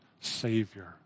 Savior